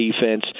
defense